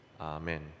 Amen